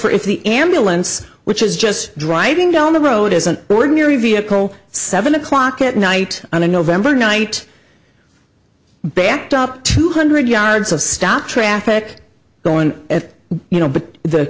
if the ambulance which is just driving down the road is an ordinary vehicle seven o'clock at night on a november night backed up two hundred yards of stop traffic going you know but the